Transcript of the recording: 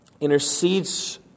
intercedes